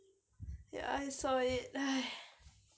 ya I saw it